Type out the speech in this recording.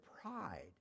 pride